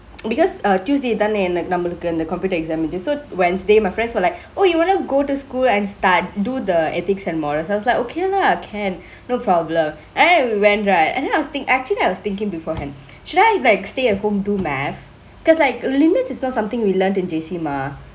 because err tuesday தான என~ நமலுக்கு அந்த:thaane ena~ namaluku anthe computer exam so wednesday my friends were like oh you wanna go to school and start do the ethics and morals I was like okay lah can no problem and then we went right and then I was think actually I was thinkingk beforehand should I like stay at home do math cause like the limits is not somethingk we learned in J_C mah